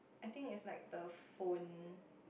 I think it's like the phone